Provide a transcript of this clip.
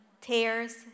tears